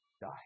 die